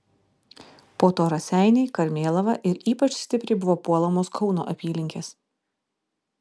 po to raseiniai karmėlava ir ypač stipriai buvo puolamos kauno apylinkės